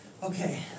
Okay